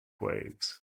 waves